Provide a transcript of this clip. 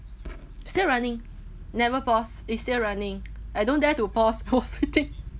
still running never pause it's still running I don't dare to pause